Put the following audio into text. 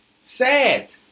Sad